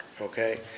Okay